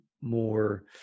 more